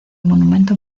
monumento